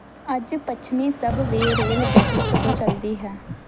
ਅੱਜ ਪੱਛਮੀ ਸਬਵੇਅ ਰੇਲਗੱਡੀ ਕਦੋਂ ਚੱਲਦੀ ਹੈ